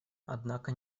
однако